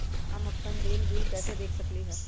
हम अपन देल बिल कैसे देख सकली ह?